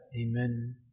Amen